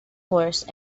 horse